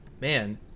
man